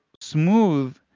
smooth